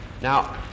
Now